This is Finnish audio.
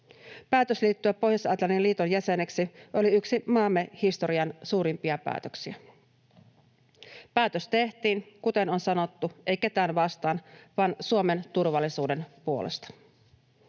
Päätös liittyä Pohjois-Atlantin liiton jäseneksi oli yksi maamme historian suurimpia päätöksiä. Päätös tehtiin, kuten on sanottu, ei ketään vastaan, vaan Suomen turvallisuuden puolesta.